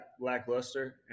lackluster